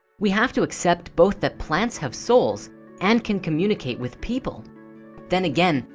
we have to accept both that plants have souls and can communicate with people then again,